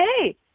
Hey